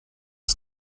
das